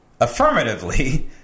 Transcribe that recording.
affirmatively